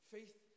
Faith